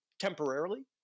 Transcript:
temporarily